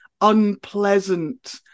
unpleasant